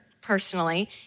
personally—